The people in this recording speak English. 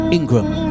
Ingram